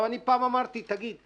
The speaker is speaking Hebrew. אני פעם אמרתי: תגיד,